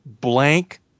blank